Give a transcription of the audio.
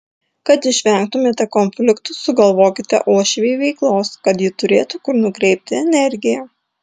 kad išvengtumėte konfliktų sugalvokite uošvei veiklos kad ji turėtų kur nukreipti energiją